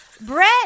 brett